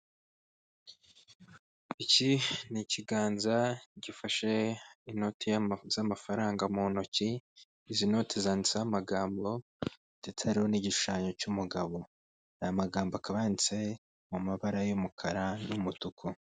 Iki ni ikiganza, gifashe inoti z'amafaranga mu ntoki, izi noti zanditseho amagambo, ndetse hariho n'igishushanyo cy'umugabo, aya magambo akaba yanditse mu mabara y'umukara n'umutuku.